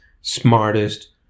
smartest